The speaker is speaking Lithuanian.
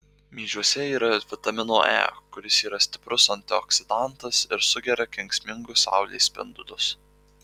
miežiuose yra vitamino e kuris yra stiprus antioksidantas ir sugeria kenksmingus saulės spindulius